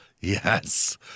yes